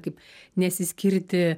kaip nesiskirti